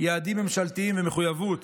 יעדים ממשלתיים ומחויבות